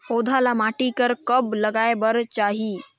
पौधा ल माटी म कब लगाए बर चाही?